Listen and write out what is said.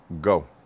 go